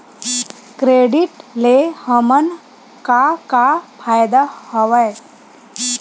Credit ले हमन का का फ़ायदा हवय?